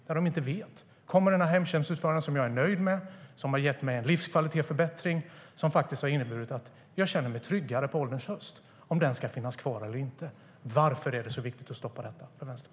De vet inte: Kommer den hemtjänstutförare som jag är nöjd med, som har gett mig en livskvalitetsförbättring och som har inneburit att jag känner mig tryggare på ålderns höst att finnas kvar eller inte? Varför är det så viktigt för Vänsterpartiet att stoppa detta?